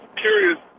curious